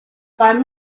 five